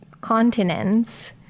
continents